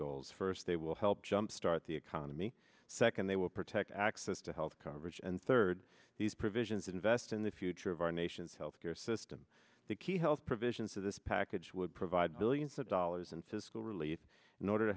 goals first they will help jumpstart the economy second they will protect access to health coverage and third these provisions invest in the future of our nation's health care system the key health provisions of this package would provide billions of dollars and siskel relief in order to